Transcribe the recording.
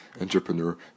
Entrepreneur